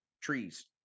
trees